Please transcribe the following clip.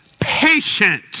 patient